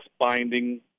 binding